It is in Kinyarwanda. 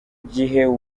gihe